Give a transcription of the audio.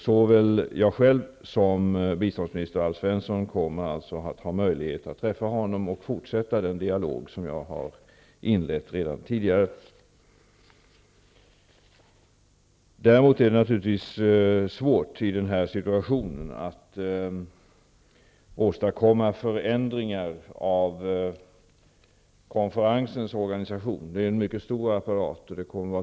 Såväl jag själv som biståndsminister Alf Svensson kommer att ha möjlighet att träffa honom och fortsätta den dialog jag redan tidigare har inlett. Det är naturligtvis svårt att i denna situation åstadkomma förändringar av konferensens organisation. Det är en mycket stor apparat.